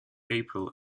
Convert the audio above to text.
april